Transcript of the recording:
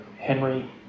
Henry